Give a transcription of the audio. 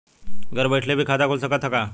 घरे बइठले भी खाता खुल सकत ह का?